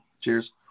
Cheers